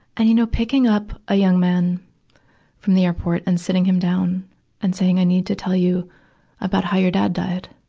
and, you know, picking up a young man from the airport and sitting him down and saying i need to tell you about how your dad died,